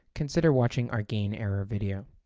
consider watching our gain error video.